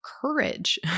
courage